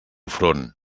front